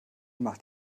macht